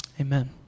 Amen